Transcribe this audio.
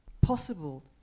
possible